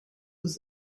was